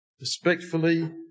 respectfully